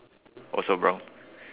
also brown